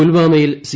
പുൽവാമയിൽ സി